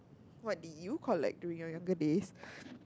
what do you call like during your younger days